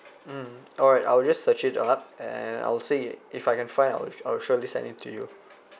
mm alright I'll just search it up and I'll say it if I can find I'll I'll surely send it to you